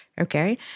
Okay